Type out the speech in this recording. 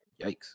yikes